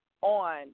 on